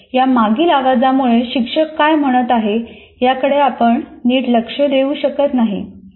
या मागील आवाजामुळे शिक्षक काय म्हणत आहेत याकडे आपण नीट लक्ष देऊ शकत नाही